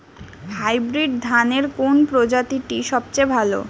Hybrid ধানের কোন প্রজীতিটি সবথেকে ভালো?